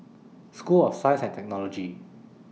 School of Science and Technology